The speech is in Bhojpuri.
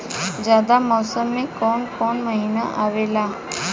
जायद मौसम में काउन काउन महीना आवेला?